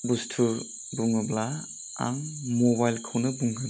बुस्तु बुङोब्ला आं मबाइलखौनो बुंगोन